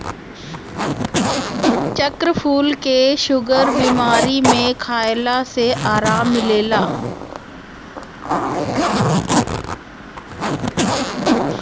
चक्रफूल के शुगर के बीमारी में खइला से आराम मिलेला